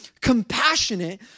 compassionate